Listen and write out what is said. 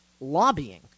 lobbying